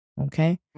Okay